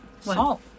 Salt